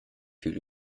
viel